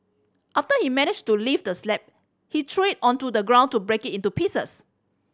after he managed to lift the slab he threw it onto the ground to break it into pieces